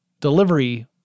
delivery